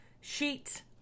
sheet